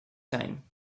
time